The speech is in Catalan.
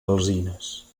alzines